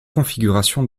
configurations